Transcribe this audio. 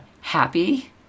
happy